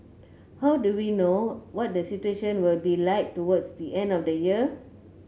how do we know what the situation will be like towards the end of next year